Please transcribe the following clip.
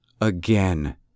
again